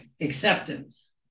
Acceptance